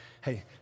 hey